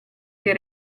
que